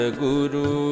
guru